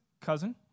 cousin